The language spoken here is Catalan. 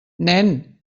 nen